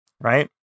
right